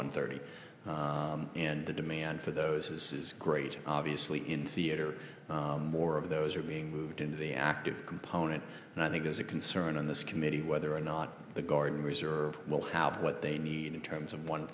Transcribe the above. one thirty and the demand for those is great obviously in theater more of those are being moved into the active component and i think there's a concern on this committee whether or not the guard and reserve will have what they need in terms of one